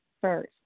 first